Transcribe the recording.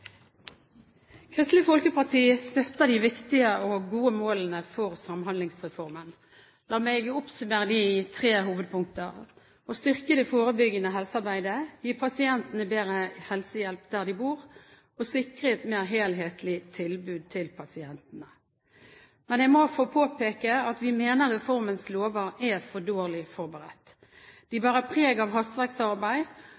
Kristelig Folkeparti støtter de viktige og gode målene for Samhandlingsreformen. La meg oppsummere dem i tre hovedpunkter: å styrke det forebyggende helsearbeidet å gi pasientene bedre helsehjelp der de bor å sikre et mer helhetlig tilbud til pasientene Men jeg må få påpeke at vi mener reformens lover er for dårlig forberedt. De